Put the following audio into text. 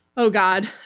oh god.